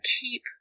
keep